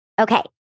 Okay